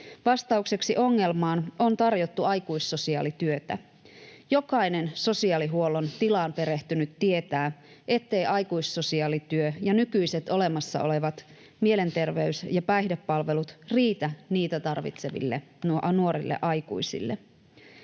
Vastaukseksi ongelmaan on tarjottu aikuissosiaalityötä. Jokainen sosiaalihuollon tilaan perehtynyt tietää, etteivät aikuissosiaalityö ja nykyiset olemassa olevat mielenterveys- ja päihdepalvelut riitä niitä tarvitseville nuorille aikuisille.